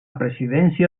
presidència